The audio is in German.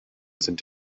sind